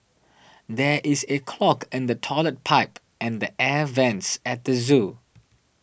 there is a clog in the Toilet Pipe and the Air Vents at the zoo